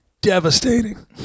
Devastating